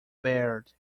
baird